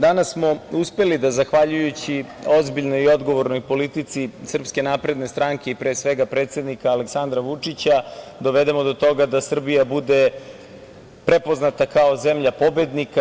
Danas smo uspeli da zahvaljujući ozbiljnoj i odgovornoj politici SNS, a pre svega predsednika, Aleksandra Vučića dovedemo do toga da Srbija bude prepoznata kao zemlja pobednika.